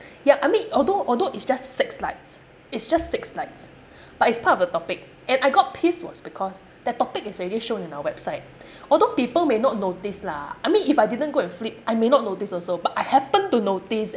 ya I mean although although it's just six slides it's just six slides but it's part of the topic and I got pissed was because that topic is already shown in our website although people may not notice lah I mean if I didn't go and flip I may not notice also but I happen to notice